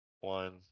one